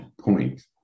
point